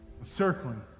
circling